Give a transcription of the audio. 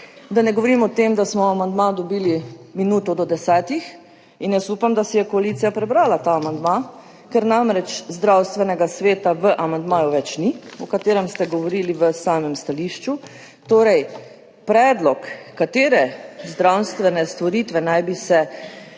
Da ne govorim o tem, da smo amandma dobili minuto do desetih. Upam, da si je koalicija prebrala ta amandma, ker zdravstvenega sveta v amandmaju namreč več ni, o katerem ste govorili v samem stališču. Predlog, katere zdravstvene storitve naj bi se